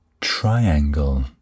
Triangle